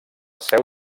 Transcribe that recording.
seu